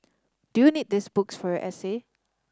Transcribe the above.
do you need these books for your essay